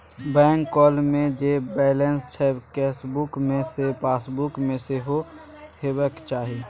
bank column मे जे balance छै केसबुक मे सैह पासबुक मे सेहो हेबाक चाही